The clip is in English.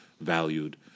valued